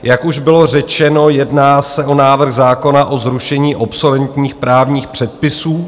Jak už bylo řečeno, jedná se o návrh zákona o zrušení obsoletních právních předpisů.